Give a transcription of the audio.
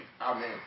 Amen